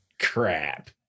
crap